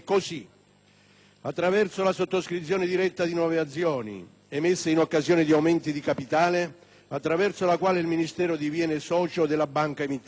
attraverso la sottoscrizione diretta di nuove azioni - emesse in occasione di aumenti di capitale - attraverso la quale il Ministero diviene socio della banca emittente